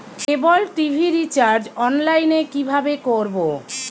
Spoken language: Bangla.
কেবল টি.ভি রিচার্জ অনলাইন এ কিভাবে করব?